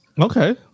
Okay